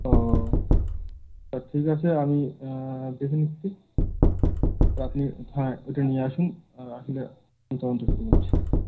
ও তা ঠিক আছে আমি দেখে নিচ্ছি আর আপনি থানায় ওইটা নিয়ে আসুন আসলে তদন্ত শুরু করছি